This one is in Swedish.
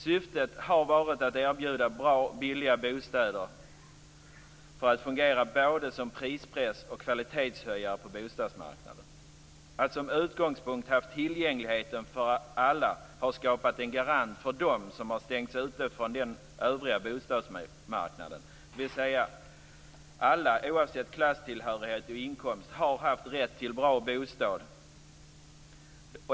Syftet har varit att erbjuda bra och billiga bostäder för att fungera som både prispress och kvalitetshöjare på bostadsmarknaden. Att de som utgångspunkt har haft tillgänglighet för alla har skapat en garanti för dem som har stängts ute från den övriga bostadsmarknaden. Alla, oavsett klasstillhörighet och inkomst, har alltså haft rätt till en bra bostad.